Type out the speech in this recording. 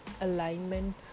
alignment